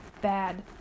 bad